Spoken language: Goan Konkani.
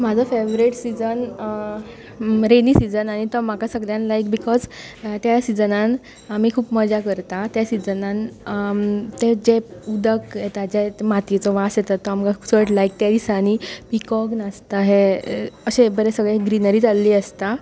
म्हाजो फेवरेट सीजन रेनी सीजन आनी तो म्हाका सगल्यान लायक बिकॉज त्या सिजनान आमी खूब मजा करता त्या सिजनान ते जें उदक येता जे मातयेचो वास येता तो आमकां चड लायक त्या दिसांनी पिकॉक नाचता हे अशें बरें सगली ग्रिनरी जाल्ली आसता